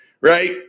right